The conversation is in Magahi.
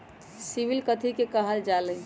सिबिल कथि के काहल जा लई?